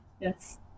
yes